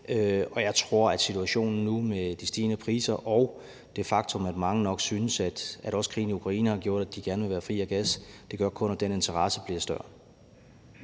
og jeg tror, at situationen nu med de stigende priser og det faktum, at det for mange nok er sådan, at også krigen i Ukraine har gjort, at de gerne vil være fri af gas, kun gør, at den interesse bliver større.